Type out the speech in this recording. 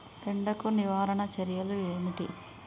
ఎండకు నివారణ చర్యలు ఏమిటి?